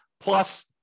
plus